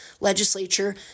legislature